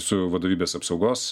su vadovybės apsaugos